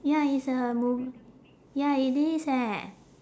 ya it's a mo~ ya it is eh